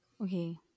Okay